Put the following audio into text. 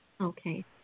Okay